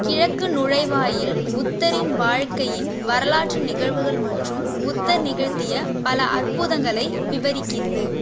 கிழக்கு நுழைவாயில் புத்தரின் வாழ்க்கையின் வரலாற்று நிகழ்வுகள் மற்றும் புத்தர் நிகழ்த்திய பல அற்புதங்களை விவரிக்கிறது